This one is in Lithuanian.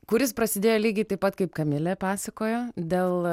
kuris prasidėjo lygiai taip pat kaip kamilė pasakojo dėl